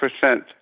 percent